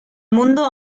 mundo